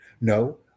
No